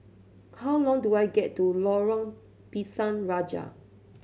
how long do I get to Lorong Pisang Raja